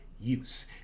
use